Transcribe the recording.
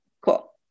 cool